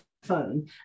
phone